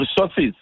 resources